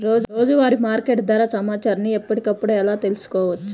రోజువారీ మార్కెట్ ధర సమాచారాన్ని ఎప్పటికప్పుడు ఎలా తెలుసుకోవచ్చు?